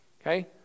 Okay